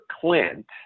Clint